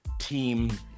team